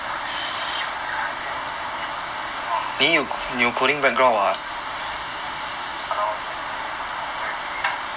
oh only um !walao! how to compare to you